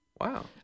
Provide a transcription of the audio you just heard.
Wow